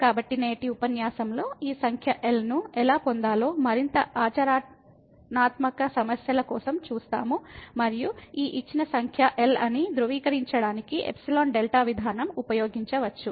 కాబట్టి నేటి ఉపన్యాసంలో ఈ సంఖ్య L ను ఎలా పొందాలో మరింత ఆచరణాత్మక సమస్యల కోసం చూస్తాము మరియు ఈ ఇచ్చిన సంఖ్య L అని ధృవీకరించడానికి ఎప్సిలాన్ డెల్టా విధానం ఉపయోగించవచ్చు